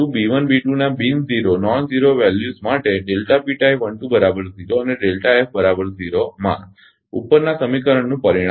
ના બિન 0 મૂલ્યો માટેઅને માં ઉપરના સમીકરણનું પરિણામ છે